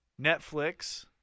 Netflix